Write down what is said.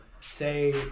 say